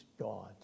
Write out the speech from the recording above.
God